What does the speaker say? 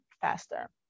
faster